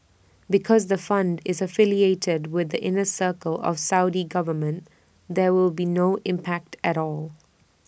because the fund is affiliated with the inner circle of Saudi government there will be no impact at all